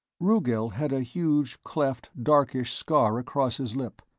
rugel had a huge cleft darkish scar across his lip,